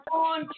on